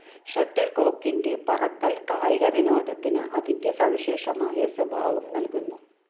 shuttle കോക്കിന്റെ പറക്കൽ കായിക വിനോദത്തിന് അതിന്റെ സവിശേഷമായ സ്വഭാവം നൽകുന്നു